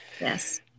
yes